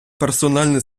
персональний